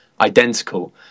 identical